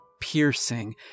piercing